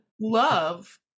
love